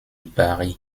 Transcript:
paris